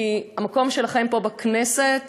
כי המקום שלכם פה בכנסת,